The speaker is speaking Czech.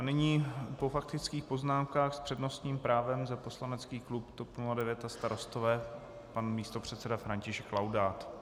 Nyní po faktických poznámkách s přednostním právem za poslanecký klub TOP 09 a Starostové pan místopředseda František Laudát.